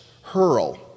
hurl